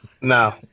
No